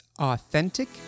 authentic